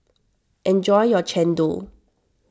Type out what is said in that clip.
enjoy your Chendol